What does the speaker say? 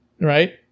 right